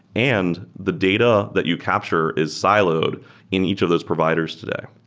and the data that you capture is siloed in each of those providers today.